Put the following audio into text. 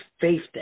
faith